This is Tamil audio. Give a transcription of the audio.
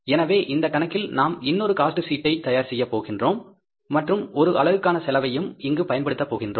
எனவே இந்த கணக்கில் நாம் இன்னொரு காஸ்ட் சீட்டை தயார் செய்யப் போகின்றோம் மற்றும் ஒரு அலகுக்கான செலவையும் இங்கு பயன்படுத்த போகின்றோம்